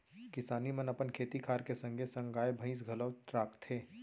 किसान मन अपन खेती खार के संगे संग गाय, भईंस घलौ राखथें